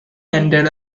ended